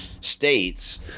states